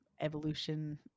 evolution